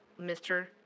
Mr